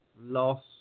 loss